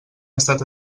estat